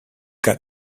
got